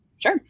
Sure